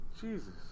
Jesus